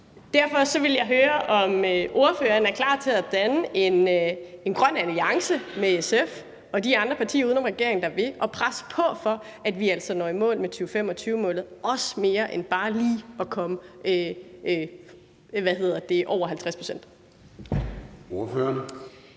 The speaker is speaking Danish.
Derfor vil jeg høre, om ordføreren er klar til at danne en grøn alliance med SF og de andre partier uden om regeringen, der vil, og presse på for, at vi altså når i mål med 2025-målet, også mere end bare lige at komme over 50 pct.